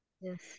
yes